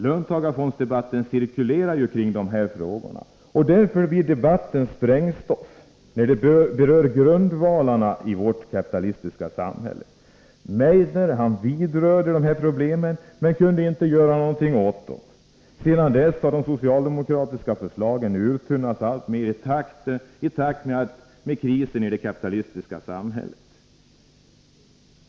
Löntagarfondsdebatten cirkulerar kring de frågorna, och därför blir debatten sprängstoff när den berör grundvalarna i vårt kapitalistiska samhälle. Meidner vidrörde dessa problem men kunde inte göra någonting åt dem. Sedan dess har de socialdemokratiska förslagen uttunnats alltmer i takt med krisen i det kapitalistiska samhället.